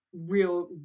real